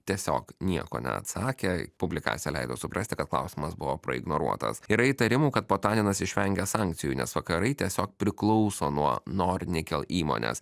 tiesiog nieko neatsakė publikacija leido suprasti kad klausimas buvo praignoruotas yra įtarimų kad potaninas išvengia sankcijų nes vakarai tiesiog priklauso nuo nor nikel įmonės